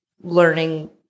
learning